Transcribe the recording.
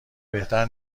بهتر